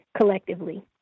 collectively